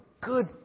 good